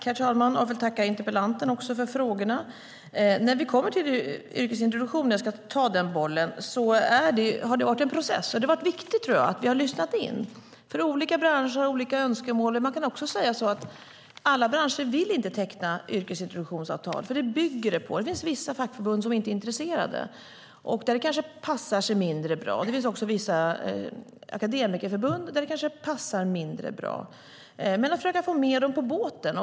Herr talman! Jag vill tacka interpellanten för frågorna. När vi kommer till yrkesintroduktionen har det varit en process. Det har varit viktigt att vi har lyssnat in, för olika branscher har olika önskemål. Alla branscher vill inte teckna yrkesintroduktionsavtal. De bygger på att man gör det. Det finns vissa fackförbund som inte är intresserade och där det kanske passar mindre bra. Det finns också vissa akademikerförbund där det kan passa mindre bra, men man kan försöka få med dem på båten.